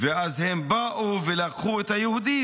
// ואז הם באו ולקחו את היהודים,